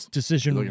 decision